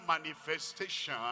manifestation